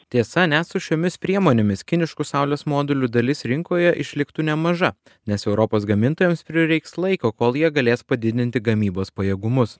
tiesa net su šiomis priemonėmis kiniškų saulės modulių dalis rinkoje išliktų nemaža nes europos gamintojams prireiks laiko kol jie galės padidinti gamybos pajėgumus